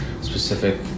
specific